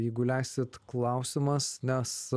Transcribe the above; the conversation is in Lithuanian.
jeigu leisit klausimas nes